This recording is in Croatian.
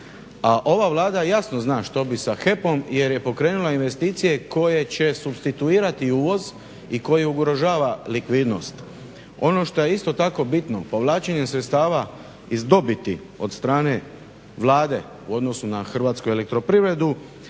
ova Vlada jasno zna što bi sa HEP-om jer je pokrenula investicije koje će supstituirati uvoz i koji ugrožava likvidnost. Ono što je isto tako bitno povlačenjem sredstava iz dobiti od strane Vlade u odnosu na hrvatsku elektroprivredu,